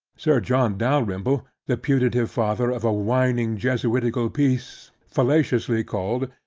sir john dalrymple, the putative father of a whining jesuitical piece, fallaciously called,